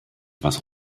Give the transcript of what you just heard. was